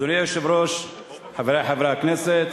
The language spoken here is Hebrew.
חברי חברי הכנסת,